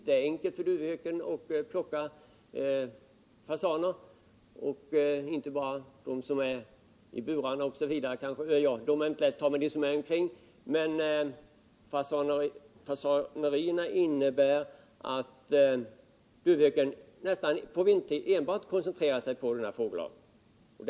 Det är enkelt för duvhöken att plocka till sig fasaner — visserligen inte de som är i burar, men de som finns där omkring. Fasanerierna innebär att duvhöken vintertid nästan enbart koncentrerar sig på den fågelarten.